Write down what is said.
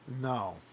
No